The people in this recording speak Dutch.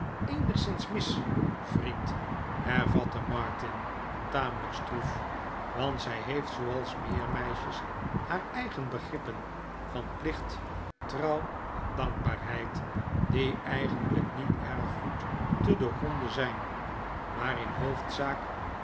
eenigszins mis vriend hervatte martin tamelijk stroef want zij heeft zooals meer meisjes haar eigen begrippen van plicht trouw en dankbaarheid die eigenlijk niet erg goed te doorgronden zijn maar in hoofdzaak